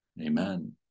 amen